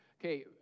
Okay